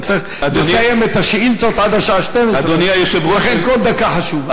ואני צריך לסיים את השאילתות עד השעה 12:00. לכן כל דקה חשובה.